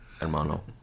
hermano